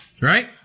right